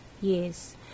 yes